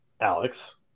Alex